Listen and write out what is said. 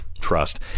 trust